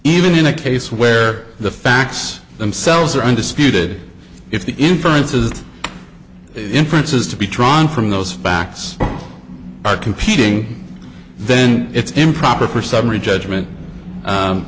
even in a case where the facts themselves are undisputed if the inference is inferences to be drawn from those facts are competing then it's improper for summary judgment